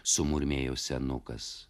sumurmėjo senukas